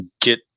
get